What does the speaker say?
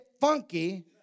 funky